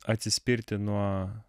atsispirti nuo